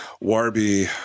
Warby